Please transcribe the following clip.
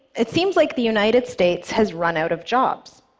it seems like the united states has run out of jobs,